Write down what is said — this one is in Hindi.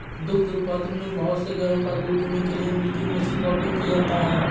दुग्ध उत्पादन में बहुत गायों का दूध दूहने के लिए मिल्किंग मशीन का उपयोग किया जाता है